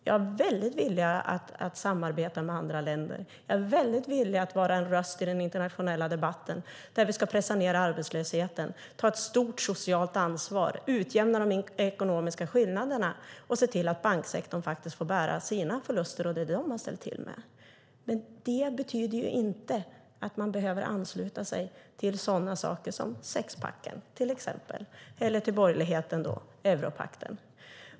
Jag är väldigt villig att samarbeta med andra länder och att vara en röst i den internationella debatten för att pressa ned arbetslösheten, ta ett stort socialt ansvar, utjämna de ekonomiska skillnaderna och se till att banksektorn faktiskt får bära sina förluster. Men detta betyder inte att man behöver ansluta sig till sådant som sexpacken eller, som borgerligheten vill, till europakten.